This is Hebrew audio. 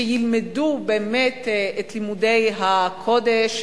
שילמדו באמת את לימודי הקודש,